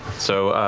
so